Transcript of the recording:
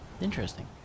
Interesting